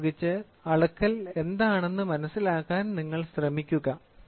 ഇതുപയോഗിച്ച് അളക്കൽ എന്താണെന്ന് മനസിലാക്കാൻ നിങ്ങൾ ശ്രമിക്കുക